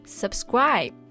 subscribe